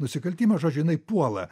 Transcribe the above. nusikaltimą žodžiu jinai puola